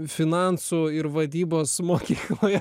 finansų ir vadybos mokykloje